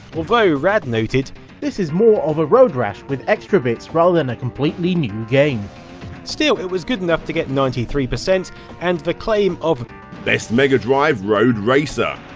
although rad noted this is more of a road rash with extra bits rather than a completely new game still it was good enough to get ninety three percent and the claim of best megadrive road